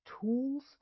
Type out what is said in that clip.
tools